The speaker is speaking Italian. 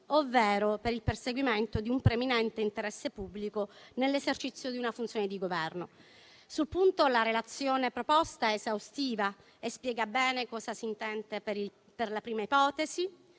ovvero per il perseguimento di un preminente interesse pubblico nell'esercizio di una funzione di Governo. Sul punto la relazione proposta è esaustiva e spiega bene cosa si intende per la prima ipotesi,